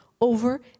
over